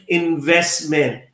investment